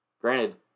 Granted